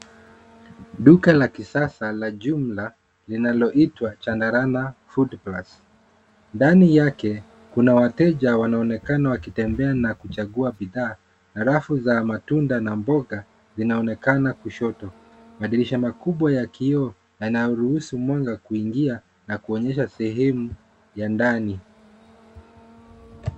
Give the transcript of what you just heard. Duka la kisasa la jumla linaloitwa Chandarana Foodplus. Ndani yake kuna wateja wanaonekana wakitembea na kuchagua bidhaa na rafu za matunda na mboga zinaonekana kushoto. Madirisha makubwa ya kioo yanayoruhusu mwanga kuingia na kuonyesha sehemu ya ndani.